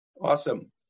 Awesome